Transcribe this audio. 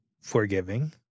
forgiving